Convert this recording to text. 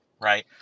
right